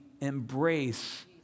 embrace